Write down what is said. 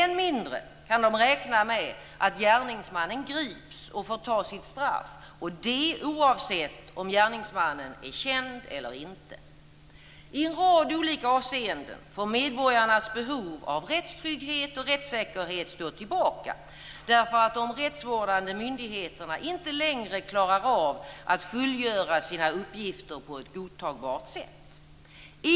Än mindre kan de räkna med att gärningsmannen grips och får ta sitt straff, och det oavsett om gärningsmannen är känd eller inte. I en rad olika avseenden får medborgarnas behov av rättstrygghet och rättssäkerhet stå tillbaka därför att de rättsvårdande myndigheterna inte längre klarar av att fullgöra sina uppgifter på ett godtagbart sätt.